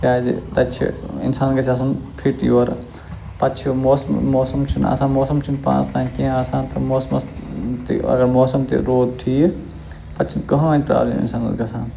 کیٛازِ تَتہِ چھِ اِنسان گَژھِ آسُن فِٹ یورٕ پَتہٕ چھِ موسمہٕ موسم چھُنہٕ آسان موسَم چھُنہٕ پانَس تام کینٛہہ آسان تہٕ موسمَس تہِ اگر موسَم تہِ روٗد ٹھیٖک پَتہٕ چھِنہٕ کٕہۭنۍ پرٛابلم اِنسانَس گَژھان